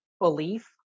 belief